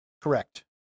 Correct